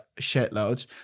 shitloads